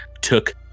took